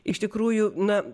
iš tikrųjų na